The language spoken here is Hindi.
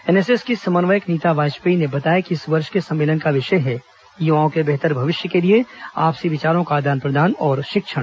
एनएसएस की समन्वयक नीता बाजपेयी ने बताया कि इस वर्ष के सम्मेलन का विषय है युवाओं के बेहतर भविष्य के लिए आपसी विचारों का आदान प्रदान और शिक्षण